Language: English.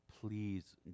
please